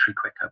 quicker